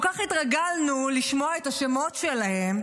כל כך התרגלנו לשמוע את השמות שלהן,